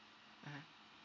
mmhmm